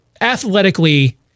Athletically